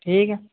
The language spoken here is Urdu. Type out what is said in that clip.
ٹھیک ہے